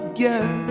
Again